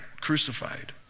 crucified